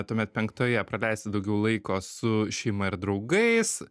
tuomet penktoje praleisti daugiau laiko su šeima ir draugais